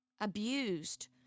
abused